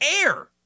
air